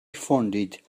funded